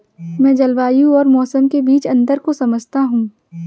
मैं जलवायु और मौसम के बीच अंतर को समझता हूं